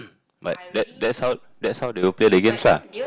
but that's that's how that's how they'll play the games lah